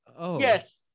Yes